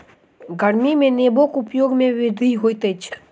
गर्मी में नेबोक उपयोग में वृद्धि होइत अछि